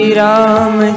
Ram